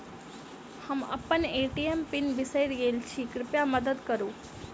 हम अप्पन ATM PIN बिसरि गेल छी कृपया मददि करू